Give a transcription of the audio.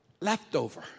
leftover